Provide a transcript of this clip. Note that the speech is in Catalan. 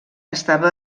estava